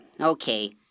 okay